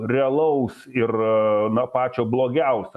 realaus ir na pačio blogiausio